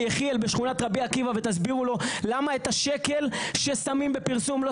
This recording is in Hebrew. תבואו ליחיאל בשכונת רבי עקיבא ותסבירו לו למה את השקל ששמים בפרסום לא